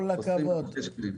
כל הכבוד.